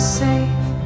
safe